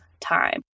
time